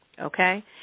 okay